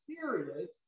serious